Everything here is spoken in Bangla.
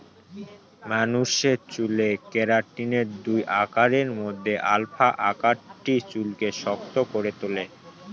মানুষের চুলে কেরাটিনের দুই আকারের মধ্যে আলফা আকারটি চুলকে শক্ত করে তুলে